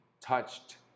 touched